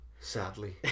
Sadly